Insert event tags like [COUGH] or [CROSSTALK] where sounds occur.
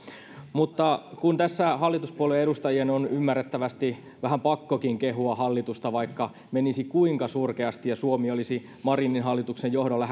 mutta tässä hallituspuolueiden edustajien on ymmärrettävästi vähän pakkokin kehua hallitusta vaikka menisi kuinka surkeasti ja suomi olisi marinin hallituksen johdolla [UNINTELLIGIBLE]